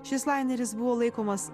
šis laineris buvo laikomas